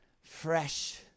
fresh